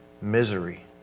misery